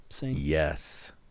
Yes